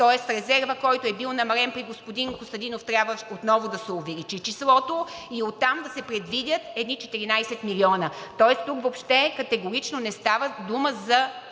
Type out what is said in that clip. тоест резервът, който е бил намален, при господин Костадинов трябва отново да се увеличи числото и оттам да се предвидят едни 14 милиона, тоест тук въобще категорично не става дума за